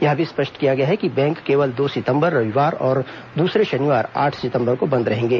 यह भी स्पष्ट किया गया है कि बैंक केवल दो सितम्बर रविवार और दूसरे शनिवार आठ सितम्बर को बंद रहेंगे